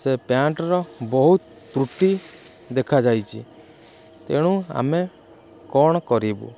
ସେ ପ୍ୟାଣ୍ଟ୍ର ବହୁତ ତ୍ରୁଟି ଦେଖାଯାଇଛି ତେଣୁ ଆମେ କ'ଣ କରିବୁ